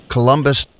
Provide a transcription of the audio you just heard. Columbus